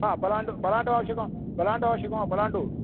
आ पलाण्डु पलाण्डु आवश्यकं पलाण्डु आवश्यकं वा पलाण्डु